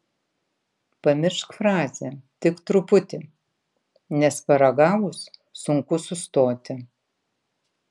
pamiršk frazę tik truputį nes paragavus sunku sustoti